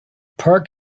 park